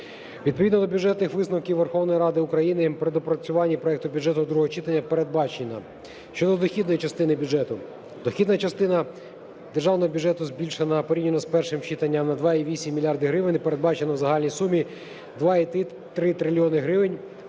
Відповідно до Бюджетних висновків Верховної Ради України при доопрацюванні проекту бюджету до другого читання передбачено щодо дохідної частини бюджету. Дохідна частина Державного бюджету збільшена порівняно з першим читанням на 2,8 мільярда гривень і передбачено в загальній суму 2,3 трильйона